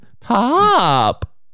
Top